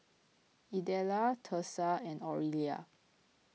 Idella Thursa and Orelia